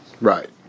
Right